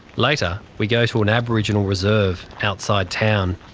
later we go to an aboriginal reserve outside town,